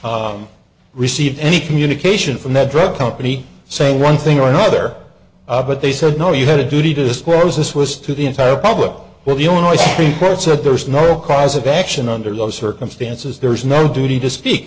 not received any communication from the drug company saying one thing or another but they said no you had a duty to disclose this was to the entire public well the illinois supreme court said there is no cause of action under those circumstances there is no duty to speak